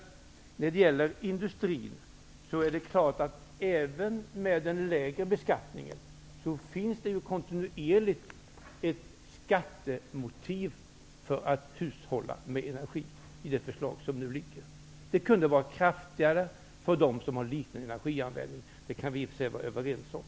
När det gäller industrin är det klart att det även med den lägre beskattningen kontinuerligt finns ett skattemotiv för att hushålla med energi i det förslag som nu föreligger. Det kunde ha varit kraftigare för dem som har en liten energianvändning. Det kan vi i och för sig vara överens om.